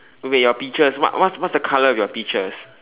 wait your peaches what what's what's the colour of your peaches